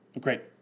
Great